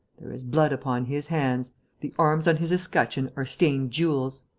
there is blood upon his hands the arms on his escutcheon are stained gules.